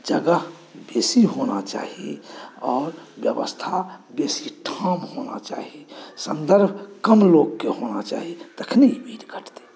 जगह बेसी होना चाही और व्यवस्था बेसी ठाम होना चाही सन्दर्भ कम लोककेँ होना चाही तखने ई भीड़ घटतै